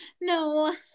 no